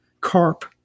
carp